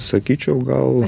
sakyčiau gal